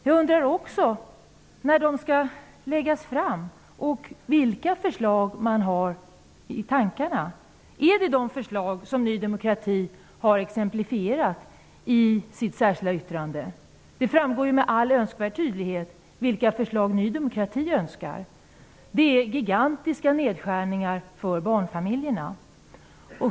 Jag undrar också när de skall läggas fram, och vilka förslag är det som man har i tankarna? Är det de förslag som Ny demokrati har exemplifierat i sitt särskilda yttrande? Det framgår med all önskvärd tydlighet vilka förslag Ny demokrati önskar -- gigantiska nedskärningar för barnfamiljerna.